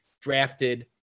drafted